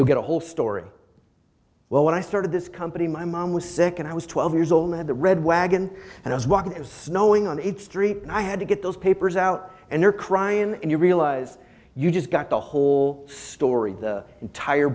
you get a whole story well when i started this company my mom was sick and i was twelve years old i had the red wagon and i was walking it was snowing on the street and i had to get those papers out and they're crying and you realize you just got the whole story the entire